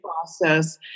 process